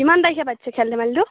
কিমান তাৰিখে পাতিছে খেল ধেমালিটো